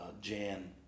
Jan